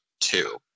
two